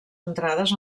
entrades